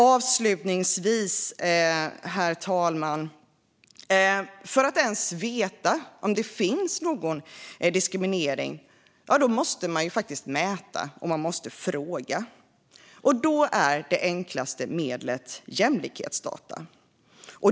Avslutningsvis, herr talman, måste man mäta och fråga för att ens veta om det finns någon diskriminering. Det enklaste medlet är att använda sig av jämlikhetsdata.